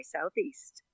Southeast